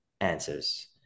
answers